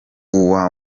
uwa